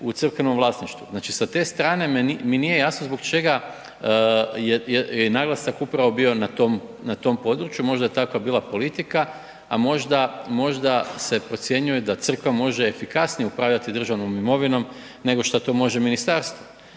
u crkvenom vlasništvu. Znači, sa te strane mi nije jasno zbog čega je naglasak upravo bio na tom području, možda je takva bila politika, a možda se procjenjuje da Crkva može efikasnije upravljati državnom imovinom nego što to može ministarstvo